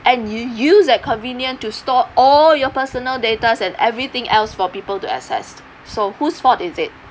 and you use that convenient to store all your personal data and everything else for people to access so who's fault is it